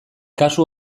kasu